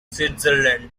switzerland